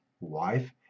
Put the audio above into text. wife